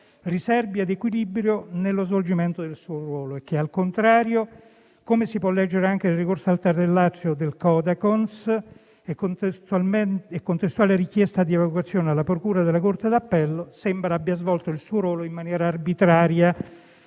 riserbo ed equilibrio nello svolgimento del suo ruolo, al contrario, come si può leggere anche nel ricorso al TAR del Lazio del Codacons e contestuale richiesta di equa riparazione alla procura della Corte d'Appello, sembra abbia svolto il suo ruolo in maniera arbitraria.